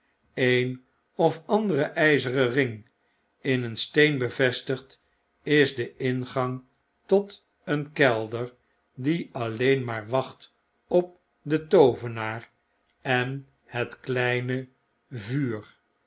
een of andere yzeren ring in een steen bevestigd is de ingang tot een kelder die alleen maar wacht op den toovenaar en het kleine vuur